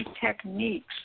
techniques